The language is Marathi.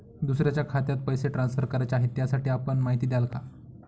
दुसऱ्या खात्यात पैसे ट्रान्सफर करायचे आहेत, त्यासाठी आपण माहिती द्याल का?